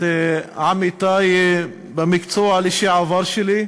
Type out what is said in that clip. לעמיתי במקצוע לשעבר שלי,